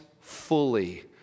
fully